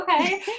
okay